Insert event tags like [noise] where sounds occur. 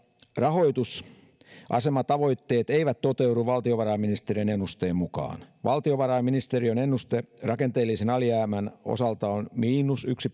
rahoitusasematavoitteet eivät toteudu valtiovarainministeriön ennusteen mukaan valtiovarainministeriön ennuste rakenteellisen alijäämän osalta on miinus yksi [unintelligible]